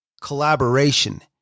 collaboration